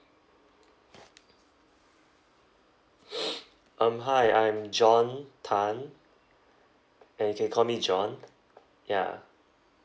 um hi I'm john tan and you can call me john ya